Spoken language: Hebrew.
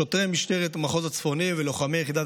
"שוטרי משטרת המחוז הצפוני ולוחמי יחידת